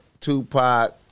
Tupac